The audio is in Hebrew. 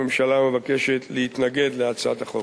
הממשלה מבקשת להתנגד להצעת החוק.